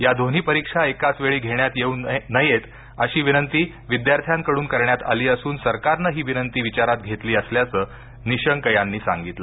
या दोन्ही परीक्षा एकाच वेळी घेण्यात येऊन नयेत अशी विनंती विद्यार्थ्यांकडून करण्यात आली असून सरकारनं ही विनंती विचारात घेतली असल्याचं निशंक यांनी सांगितलं